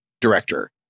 director